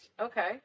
Okay